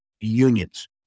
unions